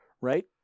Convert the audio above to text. Right